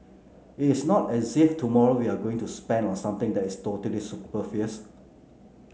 it is not as if tomorrow we are going to spend on something that is totally superfluous